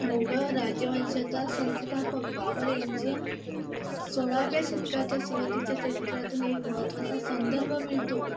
मोगल राजवंशाचा संस्थापक बाबर यांच्या सोळाव्या शतकाच्या सुरुवातीच्या चरित्रातून एक महत्त्वाचा संदर्भ मिळतो